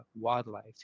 wildlife